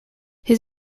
his